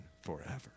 forever